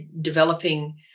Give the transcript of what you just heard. developing